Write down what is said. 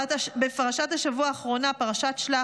בפרשת השבוע האחרונה, פרשת שלח,